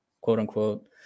quote-unquote